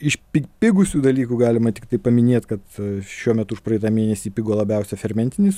iš pi pigusių dalykų galima tiktai paminėt kad šiuo metu užpraeitą mėnesį pigo labiausiai fermentinis